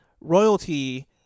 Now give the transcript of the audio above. royalty